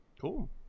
Cool